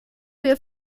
wir